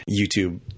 YouTube